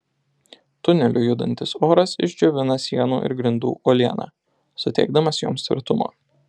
tuneliu judantis oras išdžiovina sienų ir grindų uolieną suteikdamas joms tvirtumo